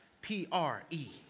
P-R-E